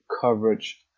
coverage